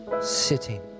sitting